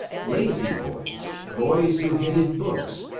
lazy boys, boys who hated books,